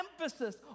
emphasis